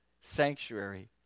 sanctuary